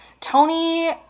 Tony